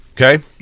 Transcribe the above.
Okay